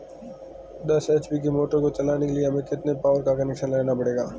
दस एच.पी की मोटर को चलाने के लिए हमें कितने पावर का कनेक्शन लेना पड़ेगा?